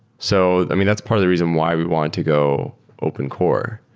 so i mean, that's part of the reason why we wanted to go open core.